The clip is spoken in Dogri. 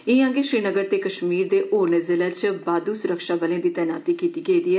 ईआं गै श्रीनगर ते कश्मीर दे होरनें जिलें च बाद्दू सुरक्षाबलें दी तैनाती कीती गेदी ऐ